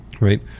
Right